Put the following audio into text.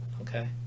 Okay